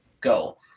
go